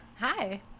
Hi